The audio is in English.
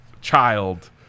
child